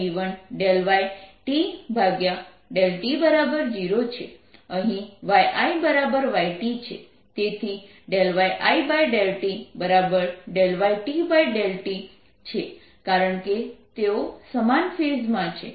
અહીં yIyT છે તેથી yI∂tyT∂t છે કારણકે તેઓ સમાન ફેઝ માં છે